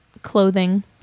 clothing